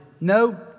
no